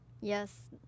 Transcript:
Yes